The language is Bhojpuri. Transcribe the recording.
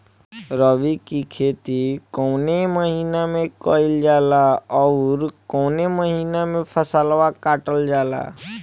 रबी की खेती कौने महिने में कइल जाला अउर कौन् महीना में फसलवा कटल जाला?